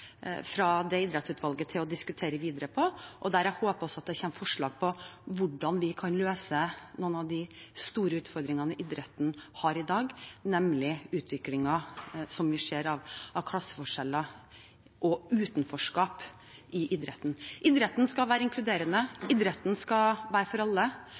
til å diskutere videre ut ifra. Jeg håper at det der også kommer forslag om hvordan vi kan løse noen av de store utfordringene idretten har i dag, nemlig utviklingen vi ser med klasseforskjeller og utenforskap i idretten. Idretten skal være inkluderende. Idretten skal være for alle,